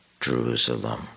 Jerusalem